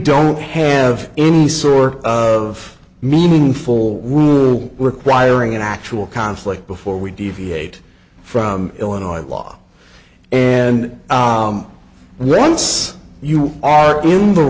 don't have any sort of meaningful rule requiring an actual conflict before we deviate from illinois law and once you are in the